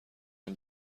این